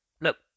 look